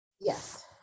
Yes